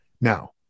Now